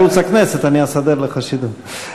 בערוץ הכנסת, אני אסדר לך שידור.